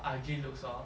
ugly looks hor